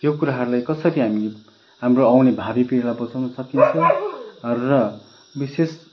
यो कुराहरूलाई कसरी हामी हाम्रो आउने भावी पिँढीलाई बचाउन सकिन्छ र विशेष